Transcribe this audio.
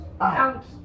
out